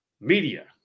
Media